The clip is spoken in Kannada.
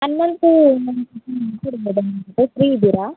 ಹನುಮಂತು ಫ್ರೀ ಇದ್ದೀರಾ